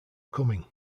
coming